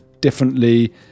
differently